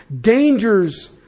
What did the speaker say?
dangers